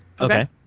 Okay